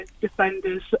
defenders